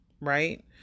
right